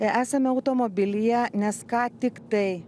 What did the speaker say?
esame automobilyje nes ką tik tai